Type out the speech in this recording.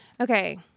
Okay